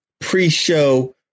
pre-show